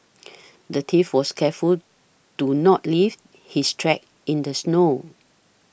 the thief was careful to not leave his tracks in the snow